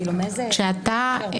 כשעשו את זה,